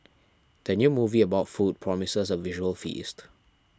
the new movie about food promises a visual feast